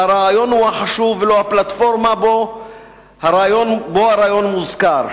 שהרעיון הוא החשוב ולא הפלטפורמה שבה הרעיון מוזכר,